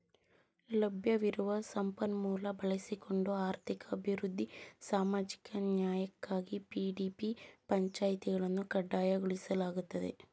ಲಭ್ಯವಿರುವ ಸಂಪನ್ಮೂಲ ಬಳಸಿಕೊಂಡು ಆರ್ಥಿಕ ಅಭಿವೃದ್ಧಿ ಸಾಮಾಜಿಕ ನ್ಯಾಯಕ್ಕಾಗಿ ಪಿ.ಡಿ.ಪಿ ಪಂಚಾಯಿತಿಗಳನ್ನು ಕಡ್ಡಾಯಗೊಳಿಸಲಾಗಿದೆ